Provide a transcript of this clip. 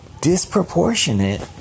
disproportionate